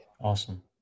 Awesome